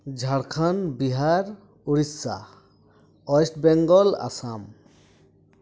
Jharkhand Bihar Odisha west Bengal Assam